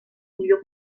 millor